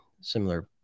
similar